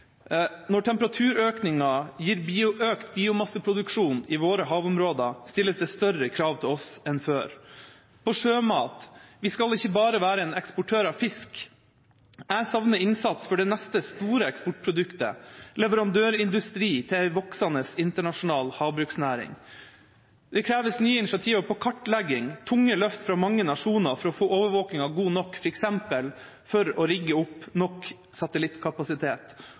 Når temperaturøkninga gir økt biomasseproduksjon i våre havområder, stilles det større krav til oss enn før. På sjømat: Vi skal ikke bare være en eksportør av fisk. Jeg savner innsats for det neste store eksportproduktet: leverandørindustri til en voksende internasjonal havbruksnæring. Det kreves nye initiativer på kartlegging, tunge løft fra mange nasjoner for å få overvåkinga god nok, f.eks. for å rigge opp nok satellittkapasitet,